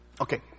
Okay